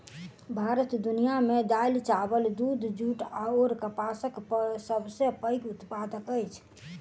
भारत दुनिया मे दालि, चाबल, दूध, जूट अऔर कपासक सबसे पैघ उत्पादक अछि